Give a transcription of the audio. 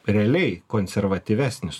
realiai konservatyvesnis